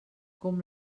com